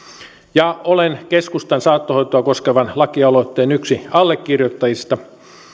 olen yksi keskustan saattohoitoa koskevan lakialoitteen allekirjoittajista